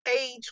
age